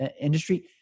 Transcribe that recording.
Industry